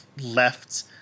left